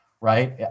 right